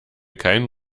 keinen